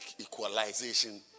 equalization